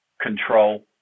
control